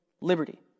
liberty